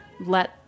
let